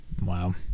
wow